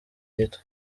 gito